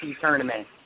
tournament